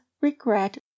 regret